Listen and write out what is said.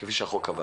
כפי שהחוק קבע.